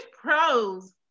pros